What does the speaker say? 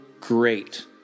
great